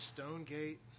Stonegate